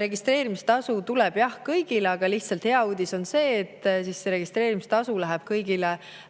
registreerimistasu tuleb jah kõigile. Aga hea uudis on see, et registreerimistasu läheb kõigile